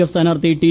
F സ്ഥാനാർത്ഥി T